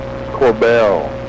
Corbell